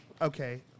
okay